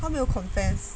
他没有 confess